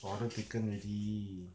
order taken already